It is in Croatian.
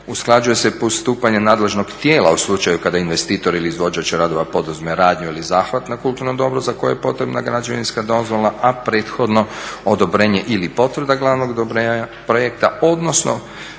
Usklađuje se postupanje nadležnog tijela u slučaju kada investitor ili izvođač radova poduzme radnju ili zahvat na kulturnom dobru za koje je potrebna građevinska dozvola, a prethodno odobrenje ili potvrda glavnog projekta odnosno